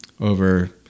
over